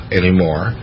anymore